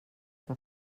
que